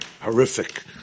horrific